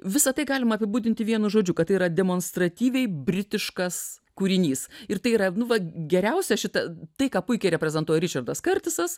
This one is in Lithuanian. visa tai galima apibūdinti vienu žodžiu kad tai yra demonstratyviai britiškas kūrinys ir tai yra nu vat geriausia šita tai ką puikiai reprezentuoja ričardas kertisas